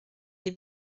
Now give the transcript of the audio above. les